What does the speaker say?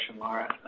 Laura